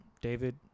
David